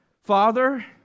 Father